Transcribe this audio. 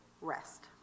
rest